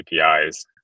API's